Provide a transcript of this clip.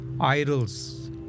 idols